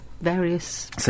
various